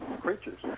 creatures